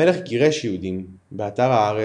המלך גירש יהודים, באתר הארץ,